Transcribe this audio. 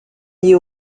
liés